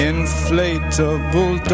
Inflatable